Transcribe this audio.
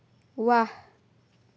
ৱাহ